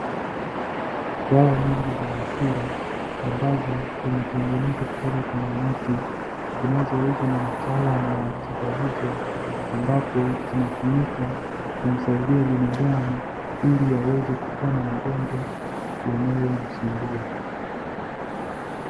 Dawa nyingi za asili ambazo zimetengenezwa kutoka kwenye miti, zinazouzwa na wataalamu wa tiba hizo, ambapo zinatumika kumsaidia binadamu ili aweze kupona magonjwa yanayomsumbua.